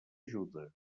ajuda